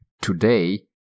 Today